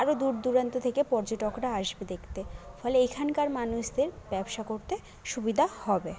আরও দূর দূরান্ত থেকে পর্যটকরা আসবে দেখতে ফলে এইখানকার মানুষদের ব্যবসা করতে সুবিধা হবে